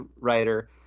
writer